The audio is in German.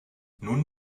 nun